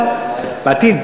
אבל בעתיד,